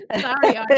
Sorry